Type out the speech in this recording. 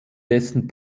dessen